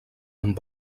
amb